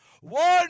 One